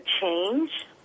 change